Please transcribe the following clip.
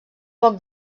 poc